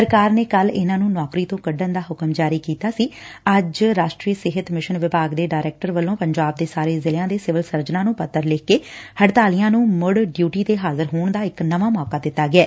ਸਰਕਾਰ ਨੇ ਕੱਲ੍ਹ ਇਨ੍ਹਾਂ ਨੂੰ ਨੌਕਰੀ ਤੋਂ ਕੱਢਣ ਦਾ ਹੁਕਮ ਜਾਰੀ ਕੀਤਾ ਸੀ ਅੱਜ ਰਾਸ਼ਟਰੀ ਸਿਹਤ ਮਿਸ਼ਨ ਵਿਭਾਗ ਦੇ ਡਾਇਰੈਕਟਰ ਵੱਲੋਂ ਪੰਜਾਬ ਦੇ ਸਾਰੇ ਜ਼ਿਲ੍ਹਿਆ ਦੇ ਸਿਵਲ ਸਰਜਨਾਂ ਨੂੰ ਪੱਤਰ ਲਿਖਕੇ ਹੜਤਾਲੀਆਂ ਨੂੰ ਮੁੜ ਡਿਊਟੀ ਤੇ ਹਾਜ਼ਰ ਹੋਣ ਦਾ ਇੱਕ ਨਵਾਂ ਮੌਕਾ ਦਿੱਤਾ ਗਿਐ